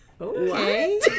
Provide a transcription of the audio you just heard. Okay